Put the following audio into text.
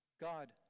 God